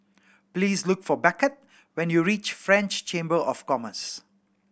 please look for Beckett when you reach French Chamber of Commerce